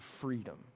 freedom